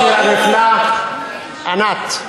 השיר הנפלא, ענת.